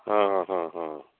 ହଁ ହଁ ହଁ ହଁ